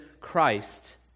Christ